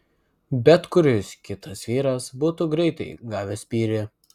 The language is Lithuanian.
bet kuris kitas vyras būtų greitai gavęs spyrį